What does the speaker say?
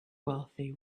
wealthy